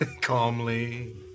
calmly